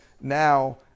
now